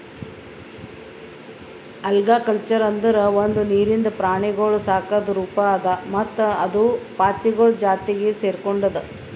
algaculture ಅಂದುರ್ ಒಂದು ನೀರಿಂದ ಪ್ರಾಣಿಗೊಳ್ ಸಾಕದ್ ರೂಪ ಅದಾ ಮತ್ತ ಅದು ಪಾಚಿಗೊಳ್ ಜಾತಿಗ್ ಸೆರ್ಕೊಂಡುದ್